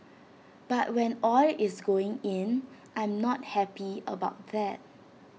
but when oil is going in I'm not happy about that